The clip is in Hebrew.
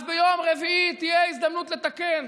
אז ביום רביעי תהיה הזדמנות לתקן.